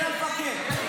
כן, המפקד.